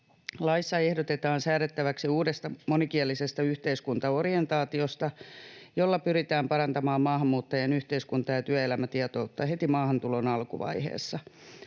Laissa ehdotetaan säädettäväksi uudesta monikielisestä yhteiskuntaorientaatiosta, jolla pyritään parantamaan maahanmuuttajien yhteiskunta- ja työelämätietoutta heti maahantulon alkuvaiheessa.